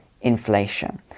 inflation